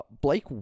Blake